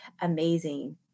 amazing